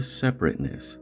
separateness